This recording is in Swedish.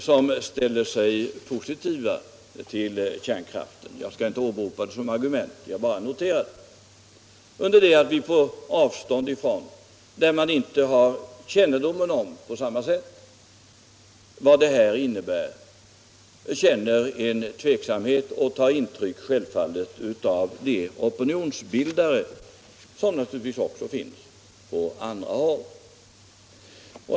De ställer sig positiva till kärnkraften — jag skall inte åberopa det som argument, bara notera det — under det att vi från folk på längre avstånd från anläggningarna, där man inte på samma sätt har kännedom om vad det här innebär, får veta att man känner tveksamhet. Man tar självfallet intryck av opinionsbildare som naturligtvis också finns på andra håll.